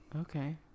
okay